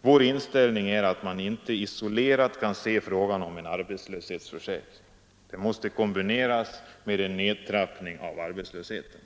Vår inställning är att man inte isolerat kan se frågan om en arbetslöshetsförsäkring. Den måste kombineras med en nedtrappning av arbetslösheten.